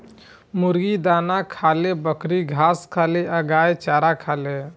मुर्गी दाना खाले, बकरी घास खाले आ गाय चारा खाले